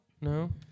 No